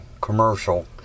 commercial